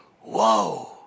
Whoa